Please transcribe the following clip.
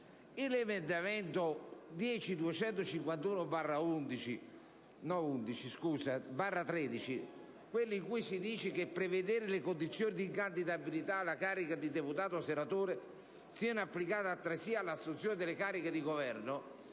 all'emendamento 10.251 (testo 2)/13, in cui si chiede di prevedere che le condizioni di incandidabilità alla carica di deputato e di senatore siano applicate altresì all'assunzione delle cariche di governo,